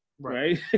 right